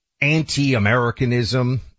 anti-Americanism